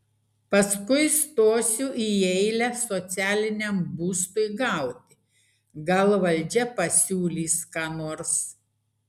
paskui stosiu į eilę socialiniam būstui gauti gal valdžia pasiūlys ką nors